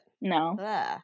No